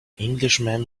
englishman